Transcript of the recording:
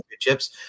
Championships